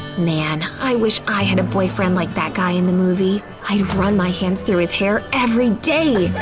man, i wish i had a boyfriend like that guy in the movie! i'd run my hands through his hair every day!